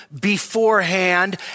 beforehand